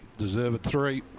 deserved three.